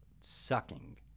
Sucking